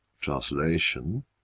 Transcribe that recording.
translation